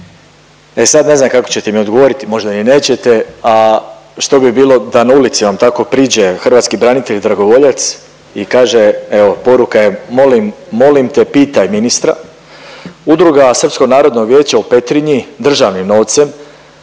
E sad ne znam kako ćete mi odgovoriti, možda ni nećete, a što bi bilo da na ulici vam tako priđe hrvatski branitelj dragovoljac i kaže evo poruka je molim, molim te pitaj ministra udruga Srpskog narodnog vijeća u Petrinji državnim novcem